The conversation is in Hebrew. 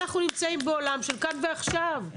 אנחנו נמצאים בעולם של כאן ועכשיו.